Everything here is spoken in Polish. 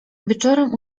wieczorem